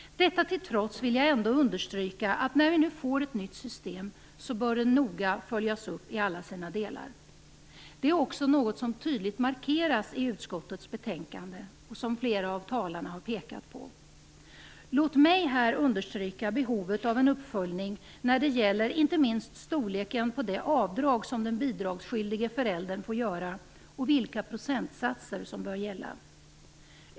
Detta till trots vill jag ändå understryka att när vi nu får ett nytt system bör det noga följas upp i alla sina delar. Det är också något som tydligt markeras i utskottets betänkande och som flera av talarna har pekat på. Låt mig här understryka behovet av en uppföljning när det gäller inte minst storleken på det avdrag som den bidragsskyldige föräldern får göra och vilka procentsatser som bör gälla.